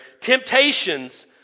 Temptation's